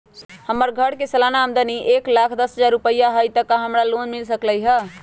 हमर घर के सालाना आमदनी एक लाख दस हजार रुपैया हाई त का हमरा लोन मिल सकलई ह?